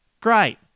great